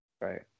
right